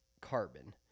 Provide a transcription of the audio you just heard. Carbon—